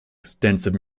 extensive